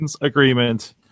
agreement